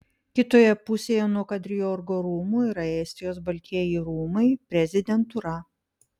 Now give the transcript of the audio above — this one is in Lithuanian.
kitoje pusėje nuo kadriorgo rūmų yra estijos baltieji rūmai prezidentūra